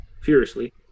furiously